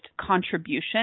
contribution